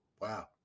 Wow